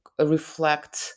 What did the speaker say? reflect